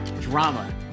drama